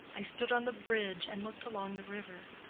i stood on the bridge and looked along the river.